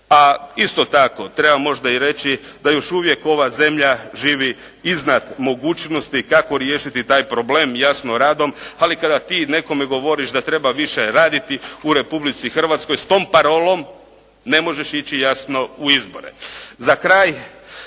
A isto tako treba možda i reći da još uvijek ova zemlja živi iznad mogućnosti. Kako riješiti taj problem? Jasno, radom. Ali kada ti nekome govoriš da treba više raditi u Republici Hrvatskoj s tom parolom ne možeš ići jasno u izbore.